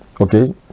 Okay